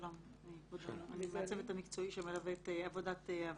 שלום, אני מהצוות המקצועי שמלווה את עבודת הוועדה.